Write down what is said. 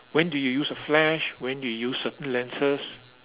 when do you use a flash when do you use the lenses